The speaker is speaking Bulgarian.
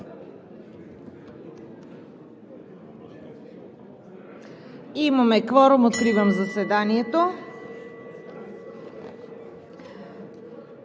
Има кворум. Откривам заседанието.